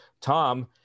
tom